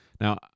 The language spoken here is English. Now